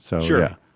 Sure